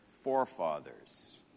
forefathers